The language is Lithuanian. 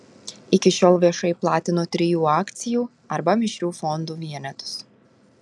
iki šiol viešai platino trijų akcijų arba mišrių fondų vienetus